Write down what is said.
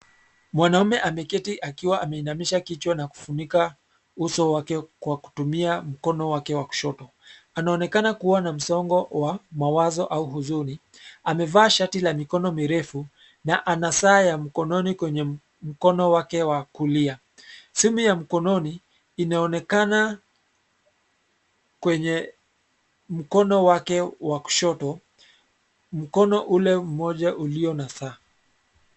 Mwanaume ameketi akiwa ameinamisha kichwa, na kufunika uso wake kwa kutumia mkono wake wa kushoto, anaonekana kuwa na msongo wa mawazo au huzuni, amevaa shati la mikono mirefu na ana saa ya mkononi kwenye mkono wake wa kulia, simu ya mkononi inaonekana kwenye mkono wake wa kulia mkono ule mmoja ulio na saa